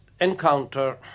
encounter